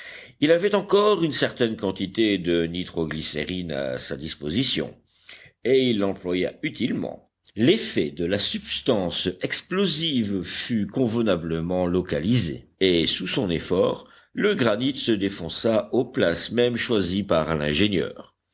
il avait encore une certaine quantité de nitro glycérine à sa disposition et il l'employa utilement l'effet de la substance explosive fut convenablement localisé et sous son effort le granit se défonça aux places mêmes choisies par l'ingénieur